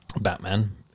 Batman